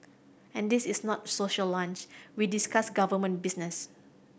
and this is not social lunch we discuss government business